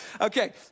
Okay